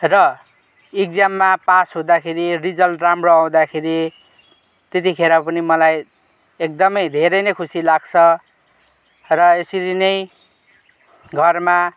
र इक्जाममा पास हुदाँखेरि रिजल्ट राम्रो आउँदाखेरि त्यतिखेरि पनि मलाई एकदमै धेरै नै खुसी लाग्छ र यसरी नै घरमा